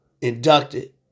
inducted